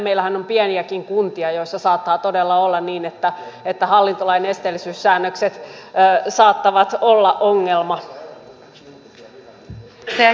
meillähän on pieniäkin kuntia joissa saattaa todella olla niin että hallintolain esteellisyyssäännökset saattavat olla ongelma